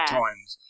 times